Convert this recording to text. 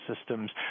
systems